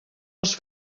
els